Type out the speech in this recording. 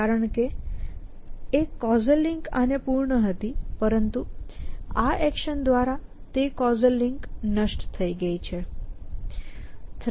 કારણ કે એક કૉઝલ લિંક આને પૂર્ણ હતી પરંતુ આ એક્શન દ્વારા તે કૉઝલ લિંક નષ્ટ થઈ ગઈ છે